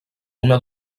una